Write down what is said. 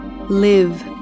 Live